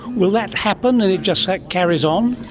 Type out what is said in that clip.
will that happen and it just like carries on?